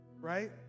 Right